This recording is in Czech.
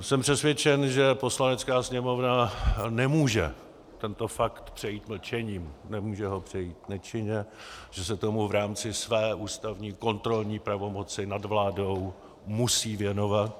Jsem přesvědčen, že Poslanecká sněmovna nemůže tento fakt přejít mlčením, nemůže ho přejít nečinně, že se tomu v rámci své ústavní kontrolní pravomoci nad vládou musí věnovat.